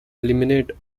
eliminate